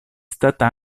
stata